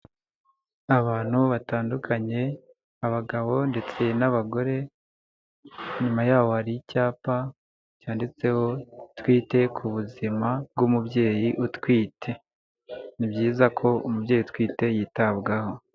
Abantu batandukanye, abagabo ndetse n'abagore, inyuma yabo hari icyapa cyanditseho twite ku buzima bw'umubyeyi utwite, ni byiza ko umubyeyi utwite yitabwaho.